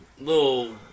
little